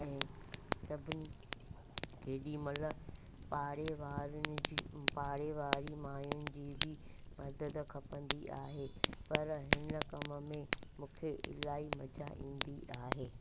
ऐं सभिनी केॾी महिल पाड़े वारनि जी पाड़े वारी मायुनि जी बि मदद खपंदी आहे पर हिन कम में मूंखे इलाही मज़ा ईंदी आहे